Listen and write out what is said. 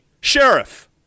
Sheriff